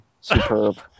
superb